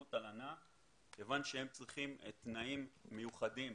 למקומות הלנה כיוון שהם צריכים תנאים מיוחדים